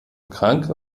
kranke